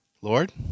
Lord